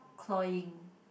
cloying